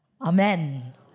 amen